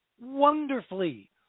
wonderfully